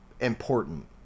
important